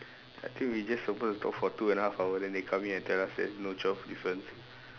I think we just supposed to talk for two and a half hour then they come in and tell us there's no twelfth difference